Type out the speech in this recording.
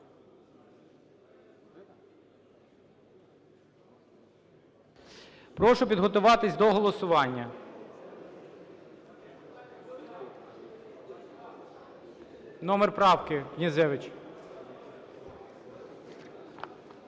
Прошу підготуватись до голосування. Номер правки, Князевич?